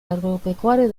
agropecuario